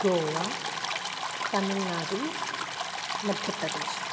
गोवा तमिल्नाडु मध्यप्रदेशः